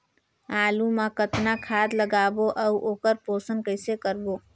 आलू मा कतना खाद लगाबो अउ ओकर पोषण कइसे करबो?